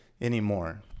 anymore